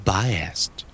Biased